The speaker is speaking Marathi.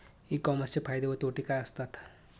ई कॉमर्सचे फायदे व तोटे काय असतात?